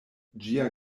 ĝia